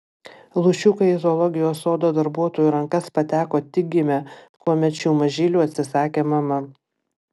lūšiukai į zoologijos sodo darbuotojų rankas pateko tik gimę kuomet šių mažylių atsisakė mama